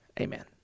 Amen